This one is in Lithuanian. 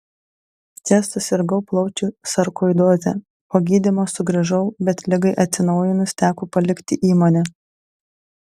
čia susirgau plaučių sarkoidoze po gydymo sugrįžau bet ligai atsinaujinus teko palikti įmonę